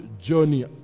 journey